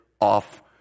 off